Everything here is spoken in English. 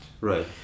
Right